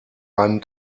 einen